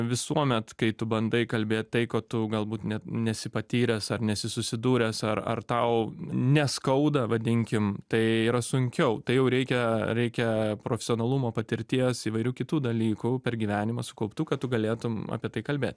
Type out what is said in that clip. visuomet kai tu bandai kalbėt tai ko tu galbūt net nesi patyręs ar nesi susidūręs ar ar tau neskauda vadinkim tai yra sunkiau tai jau reikia reikia profesionalumo patirties įvairių kitų dalykų per gyvenimą sukauptų kad tu galėtum apie tai kalbėt